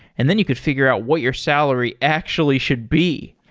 and then you could figure out what your salary actually should be.